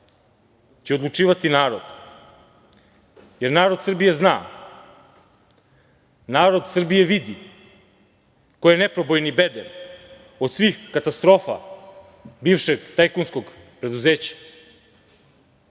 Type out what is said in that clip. će odlučivati narod, jer narod Srbije zna, narod Srbije vidi, ko je neprobojni bedem od svih katastrofa bivšeg tajkunskog preduzeća,